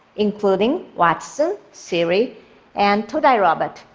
including watson, siri and todai robot,